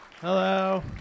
hello